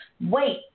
wait